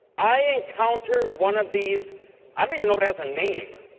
i encountered one of these i don't even know if it has a name.